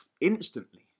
instantly